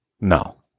No